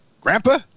Grandpa